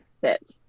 sit